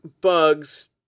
bugs